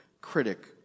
critic